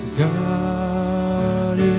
God